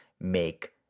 make